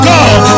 God